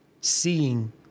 seeing